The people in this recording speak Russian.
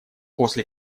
после